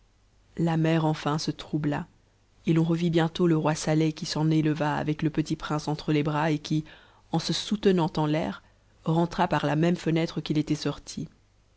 la mer enfin se troubla et l'on revit bientôt le roi saleh qui s'en éfeva tvec le petit prince entre les bras et qui en se soutenant en l'air rentra par la même fenêtre qu'il était sorti